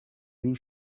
blue